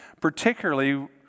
Particularly